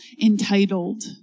entitled